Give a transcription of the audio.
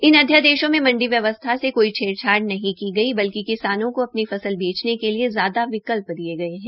इन अध्यादेशों मे मंडी व्यवस्था से कोई छेड़छाड़ नहीं की गई है बल्कि किसानों का अपनी फसल बेचने के लिए ज्यादा विकल्प दिये गये है